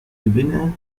gewinner